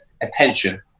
attention